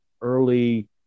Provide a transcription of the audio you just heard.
early